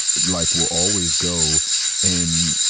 like, will always go in,